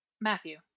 matthew